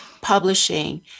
Publishing